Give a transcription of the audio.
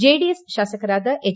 JDS ಶಾಸಕರಾದ ಹೆಚ್